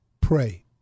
pray